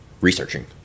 researching